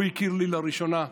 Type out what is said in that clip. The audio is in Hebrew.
הוא הכיר לי לראשונה,